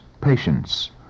patience